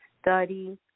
study